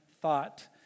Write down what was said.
thought